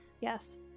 Yes